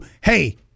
hey